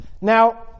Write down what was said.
Now